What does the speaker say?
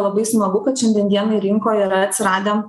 labai smagu kad šiandien dienai rinkoje yra atsiradę